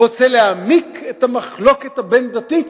רוצה להעמיק את המחלוקת הבין-דתית?